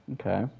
Okay